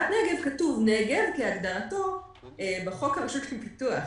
נגב כתוב: "נגב כהגדרתו בחוק הרשות לפיתוח".